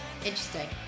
interesting